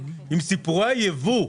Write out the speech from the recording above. עם סיפורי הייבוא.